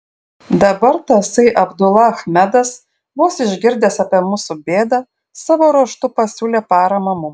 dabar tasai abdula achmedas vos išgirdęs apie mūsų bėdą savo ruožtu pasiūlė paramą mums